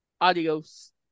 Adios